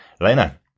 Lena